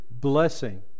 blessing